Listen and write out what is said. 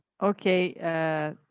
Okay